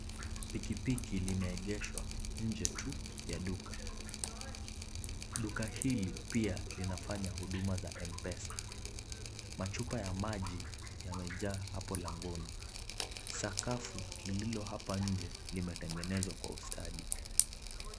Pikipiki limeegeshwa nje tu ya duka. Duka hili pia linafanya huduma za Mpesa. Machupa yamejaa maji hapo langoni sakafu limejengwa kwa ustadi.